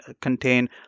contain